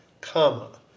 comma